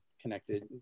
connected